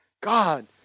God